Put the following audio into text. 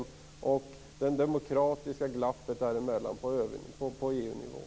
Hur ser han på det demokratiska glappet däremellan på EU-nivå?